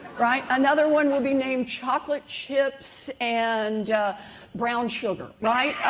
right? another one will be named, chocolate chips and brown sugar, right?